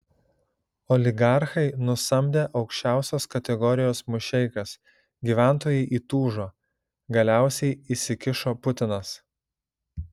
oligarchai nusamdė aukščiausios kategorijos mušeikas gyventojai įtūžo galiausiai įsikišo putinas